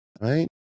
right